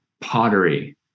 pottery